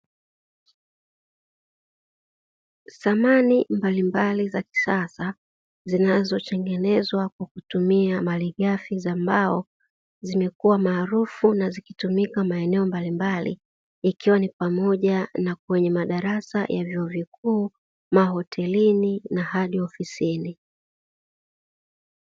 Samani mbalimbali za kisasa, zinazotengenezwa kwa kutumia malighafi za mbao, zimekua maarufu na zikitumika maeneo mbalimbali, ikiwa ni pamoja na kwenye madarasa ya vyuo vikuu, mahotelini na hadi ofisini.